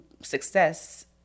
success